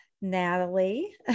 Natalie